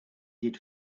did